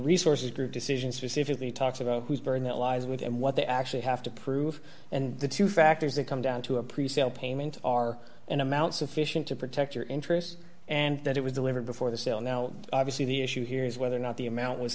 resources group decision specifically talks about whose burn it lies with and what they actually have to prove and the two factors that come down to a presale payment are in amounts of fishing to protect your interest and that it was delivered before the sale now obviously the issue here is whether or not the amount was